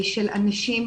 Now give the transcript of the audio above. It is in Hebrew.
של אנשים